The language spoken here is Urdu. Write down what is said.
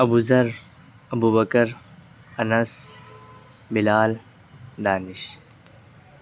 ابوذر ابوبکر انس بلال دانش